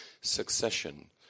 succession